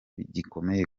gikomeye